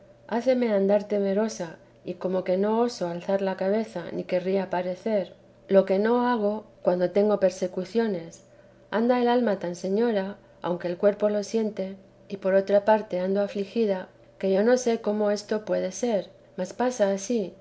náceme andar temerosa y como que no oso alzar la cabeza ni querría parecer lo que no hago cuando tengo persecuciones anda el alma tan señora aunque el cuerpo lo siente y por otra parte ando afligida que yo no se cómo esto puede ser mas pasa ansí